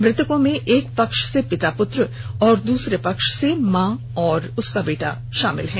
मृतकों में एक पक्ष से पिता पुत्र तथा दूसरे पक्ष से मां और पुत्र शामिल है